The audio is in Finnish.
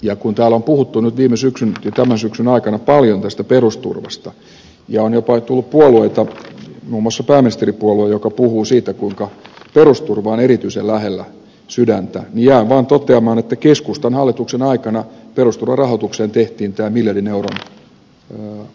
ja kun täällä on puhuttu nyt viime syksyn ja tämän syksyn aikana paljon tästä perusturvasta ja on jopa ollut puolueita muun muassa pääministeripuolue jotka puhuvat siitä kuinka perusturva on erityisen lähellä sydäntä niin jään vain toteamaan että keskustahallituksen aikana perusturvarahoitukseen tehtiin tämä miljardin euron aukko